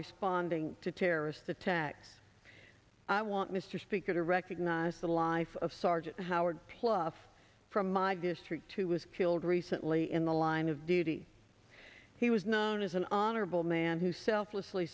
responding to terrorist attacks i want mr speaker to recognize the life of sergeant howard tough from my district who was killed recently in the line of duty he was known as an honorable man who selfless